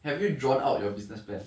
have you drawn out your businessman